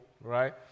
right